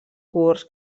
curts